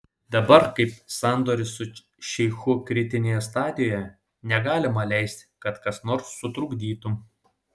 dabar kai sandoris su šeichu kritinėje stadijoje negalima leisti kad kas nors sutrukdytų